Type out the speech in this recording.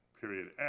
period